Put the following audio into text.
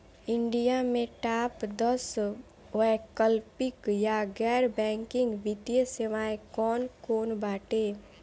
India में top दस वैकल्पिक या गैर बैंकिंग वित्तीय सेवाएं कौन कोन बाटे?